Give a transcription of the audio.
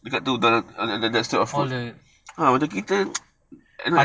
all the